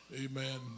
Amen